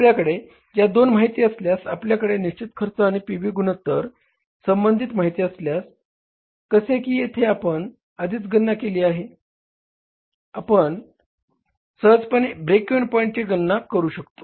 आपल्याकडे या दोन माहिती असल्यास आपल्याकडे निश्चित खर्च आणि पी व्ही गुणोत्तर संबंधित माहिती असल्यास जसे की येथे आपण आधीच गणना केली आहे आपण सहजपणे ब्रेक इव्हन पॉईंटची गणना करू शकतो